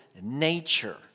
nature